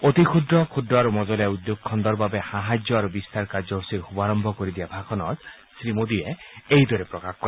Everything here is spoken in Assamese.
অতি ক্ষুদ্ৰ ক্ষুদ্ৰ আৰু মজলীয়া উদ্যোগ খণ্ডৰ বাবে সাহায্য আৰু বিস্তাৰ কাৰ্যসূচীৰ শুভাৰভ্ভ কৰি দিয়া ভাষণত শ্ৰীমোডীয়ে এইদৰে প্ৰকাশ কৰে